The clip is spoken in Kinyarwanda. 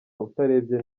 utarebye